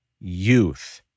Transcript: youth